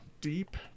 deep